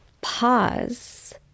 pause